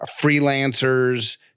freelancers